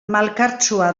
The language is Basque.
malkartsua